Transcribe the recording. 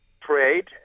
prayed